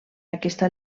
aquesta